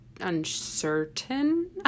uncertain